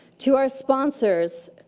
to our sponsors,